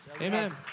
Amen